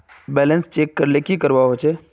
Balance check करले की करवा होचे?